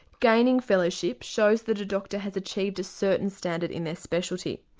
gaining fellowship shows that a doctor has achieved a certain standard in their specialty.